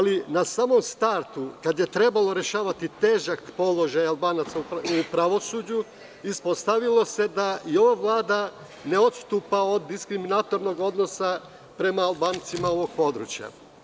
Na samom startu, kada je trebalo rešavati težak položaj Albanaca u pravosuđu, ispostavilo seda i ova Vlada ne odstupa diskriminatorskog odnosa prema Albancima ovog područja.